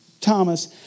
Thomas